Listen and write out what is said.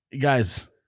guys